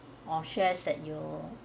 or shares that you